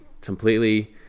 completely